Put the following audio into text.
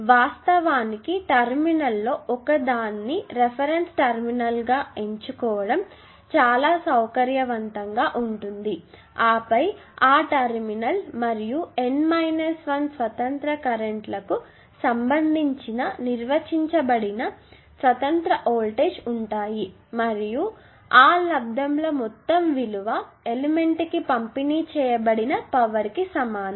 వాస్తవానికి టెర్మినల్స్లో ఒకదాన్ని రిఫరెన్స్ టెర్మినల్స్గా ఎంచుకోవడం చాలా సౌకర్యవంతంగా ఉంటుంది ఆపై ఆ టెర్మినల్ మరియు N 1 స్వతంత్ర కరెంట్ లకు సంబంధించిన నిర్వచించబడిన స్వతంత్ర వోల్టేజీ ఉంటాయి మరియు ఆ లబ్దము ల మొత్తం విలువ ఎలిమెంట్ కి పంపిణీ చేయబడిన పవర్ కి సమానం